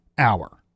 hour